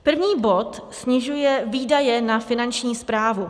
První bod snižuje výdaje na Finanční správu.